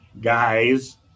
guys